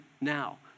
now